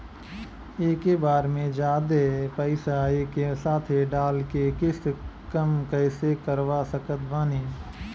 एके बार मे जादे पईसा एके साथे डाल के किश्त कम कैसे करवा सकत बानी?